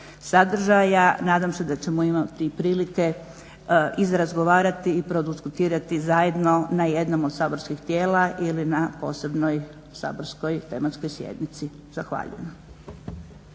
sadržaja nadam da ćemo imati prilike izrazgovarati i prodiskutirati zajedno na jednom od saborskih tijela ili na posebnoj saborskoj tematskoj sjednici. Zahvaljujem.